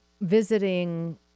visiting